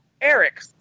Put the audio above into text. Eric